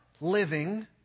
Living